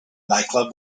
nightclub